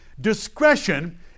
discretion